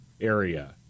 area